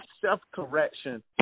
self-correction